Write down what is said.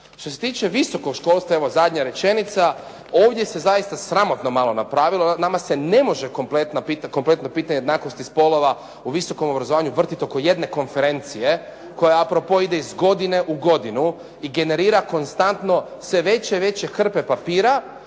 Što se tiče visokog školstva, evo zadnja rečenica. Ovdje se zaista sramotno malo napravilo. Nama se ne može kompletno pitanje jednakosti spolova u visokom obrazovanju vrtiti oko jedne konferencije koja a pro po ide iz godine u godinu i generira konstantno sve veće i veće hrpe papira